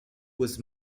was